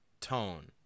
tone